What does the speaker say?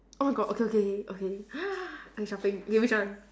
oh my god okay okay okay okay shopping okay which one